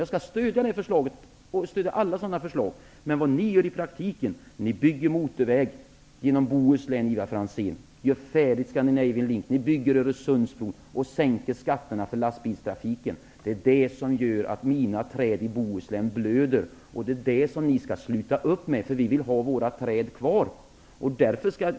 Jag skall stödja detta förslag, och jag skall stödja alla sådana förslag. Men vad ni gör i praktiken, Ivar Franzén, är att ni bygger motorväg genom Bohuslän, gör Scandinavian Link färdig, bygger Öresundsbron och sänker skatterna för lastbilstrafiken. Detta gör att mina träd i Bohuslän blöder, och detta skall ni sluta upp med, för vi vill ha våra träd kvar.